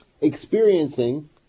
experiencing